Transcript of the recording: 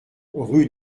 rue